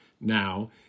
now